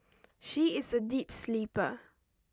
she is a deep sleeper